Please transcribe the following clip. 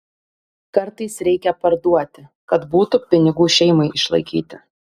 kartais reikia parduoti kad būtų pinigų šeimai išlaikyti